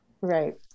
Right